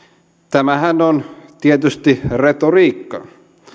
tämähän on tietysti retoriikkaa